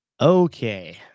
Okay